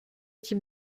type